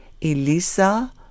Elisa